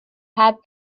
heb